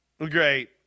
Great